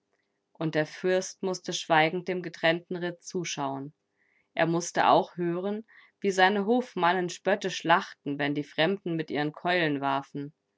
und der fürst mußte schweigend dem getrennten ritt zuschauen er mußte auch hören wie seine hofmannen spöttisch lachten wenn die fremden mit ihren keulen warfen